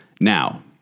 Now